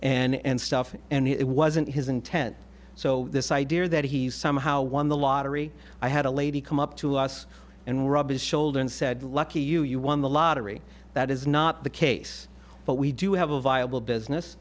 and stuff and it wasn't his intent so this idea that he somehow won the lottery i had a lady come up to us and rubbed his shoulder and said lucky you you won the lottery that is not the case but we do have a viable business